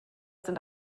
sind